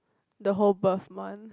the whole birth month